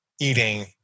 eating